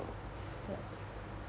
sad